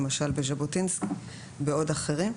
למשל בז'בוטינסקי ובעוד אחרים,